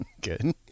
Good